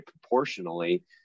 proportionally